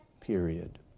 period